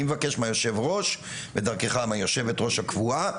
אני מדבר מהיו"ר ודרכך ליו"ר הקבועה,